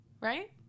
Right